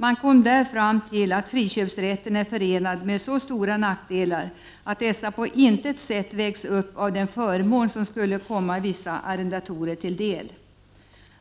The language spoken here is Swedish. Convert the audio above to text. Man kom där fram till att friköpsrätten är förenad med så stora nackdelar att dessa på intet sätt vägs upp av den förmån som skulle komma vissa arrendatorer till del.